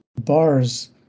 bars